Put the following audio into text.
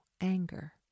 anger